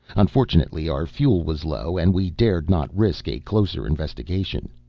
unfortunately our fuel was low and we dared not risk a closer investigation.